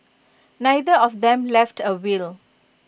neither of them left A will